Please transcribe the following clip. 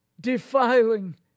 defiling